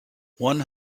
one